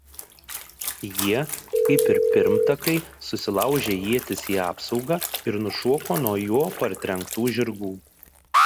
jie kaip ir pirmtakai susilaužė ietis į apsaugą ir nušoko nuo jo partrenktų žirgų